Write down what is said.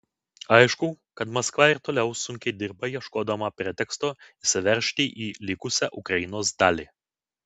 aišku kad maskva ir toliau sunkiai dirba ieškodama preteksto įsiveržti į likusią ukrainos dalį